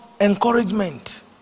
encouragement